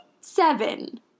Seven